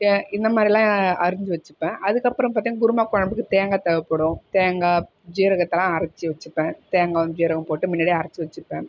ய இந்தமாதிரிலாம் அரிஞ்சு வச்சுப்பேன் அதுக்கு அப்புறம் பார்த்தீங்கன்னா குருமா குழம்புக்கு தேங்காய் தேவைப்படும் தேங்காய் ஜீரகத்தெலாம் அரச்சு வச்சுப்பேன் தேங்காவும் ஜீரகமும் போட்டு முன்னடியே அரச்சு வச்சுப்பேன்